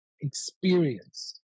experience